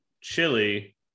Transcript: chili